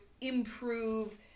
improve